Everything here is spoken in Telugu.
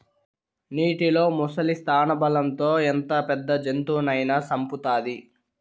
నీటిలో ముసలి స్థానబలం తో ఎంత పెద్ద జంతువునైనా సంపుతాది